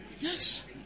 Yes